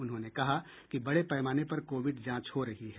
उन्होंने कहा कि बड़े पैमाने पर कोविड जांच हो रही है